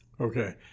Okay